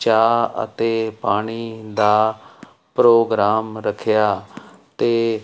ਚਾਹ ਅਤੇ ਪਾਣੀ ਦਾ ਪ੍ਰੋਗਰਾਮ ਰੱਖਿਆ ਅਤੇ